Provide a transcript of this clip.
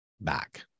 back